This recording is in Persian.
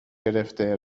گرفته